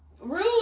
rude